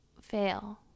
fail